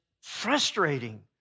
frustrating